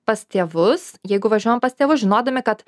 pas tėvus jeigu važiuojam pas tėvus žinodami kad